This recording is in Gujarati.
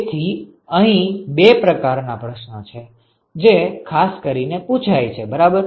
તેથી અહીં બે પ્રકાર ના પ્રશ્નો છે જે ખાસ કરીને પુછાય છે બરાબર